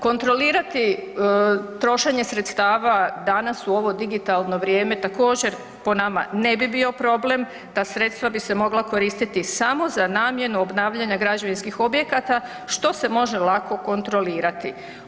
Kontrolirati trošenje sredstava danas u ovo digitalno vrijeme također po nama ne bi bio problem, ta sredstva bi se mogla koristiti samo za namjenu obnavljanja građevinskih objekta što se može lako kontrolirati.